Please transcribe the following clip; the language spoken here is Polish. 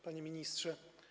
Panie Ministrze!